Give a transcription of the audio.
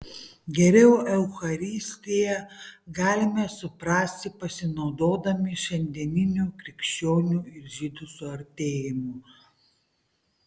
geriau eucharistiją galime suprasti pasinaudodami šiandieniniu krikščionių ir žydų suartėjimu